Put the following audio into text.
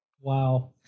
Wow